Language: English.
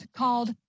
called